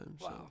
wow